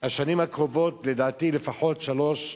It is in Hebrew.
השנים הקרובות, לדעתי לפחות שלוש שנים.